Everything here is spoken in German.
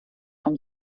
vom